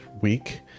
week